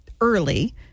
early